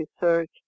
research